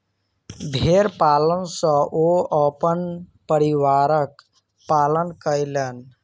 भेड़ पालन सॅ ओ अपन परिवारक पालन कयलैन